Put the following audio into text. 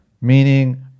Meaning